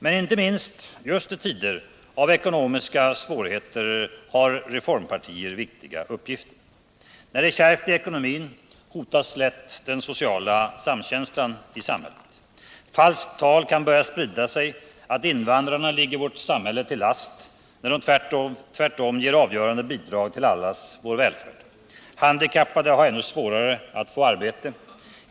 Men inte minst i tider av ekonomiska svårigheter har reformpartier viktiga uppgifter. När det är kärvt i ekonomin hotas lätt den sociala samkänslan. Falskt tal kan börja sprida sig att invandrarna ligger vårt samhälle till last, när de tvärtom ger avgörande bidrag till allas vår välfärd. Handikappade har ännu svårare att få arbete.